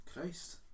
Christ